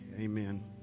amen